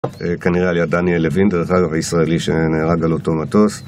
כנראה על יד דניאל לוין, דרך אגב הישראלי שנהרג על אותו מטוס